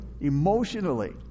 emotionally